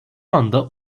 anda